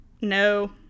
No